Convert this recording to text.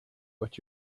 what